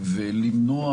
ולמנוע